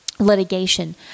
Litigation